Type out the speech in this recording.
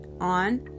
on